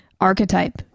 archetype